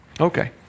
Okay